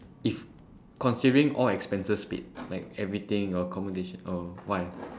if considering all expenses paid like everything your accommodation oh why